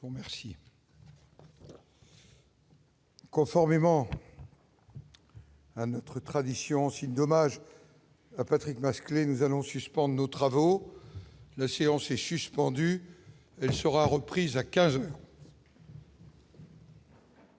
de recueillement. Conformément. à notre tradition en signe d'hommage à Patrick Masclet nous allons. Sport nos travaux, la séance est suspendue, elle sera reprise à 15.